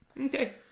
Okay